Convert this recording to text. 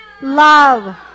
love